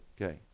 Okay